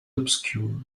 obscure